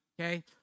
Okay